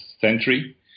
century